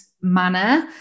manner